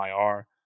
IR